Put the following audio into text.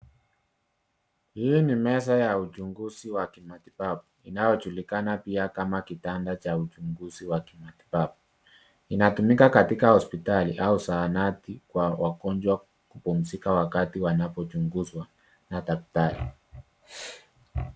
Hii ni meza ya uchunguzi wa kimatibabu inayojulikana pia kama kitanda cha uchunguzi wa kimatibabu. Inatumika katika hospitali au zahanati kwa wagonjwa kupumzika wakati wanapochunguzwa na daktari.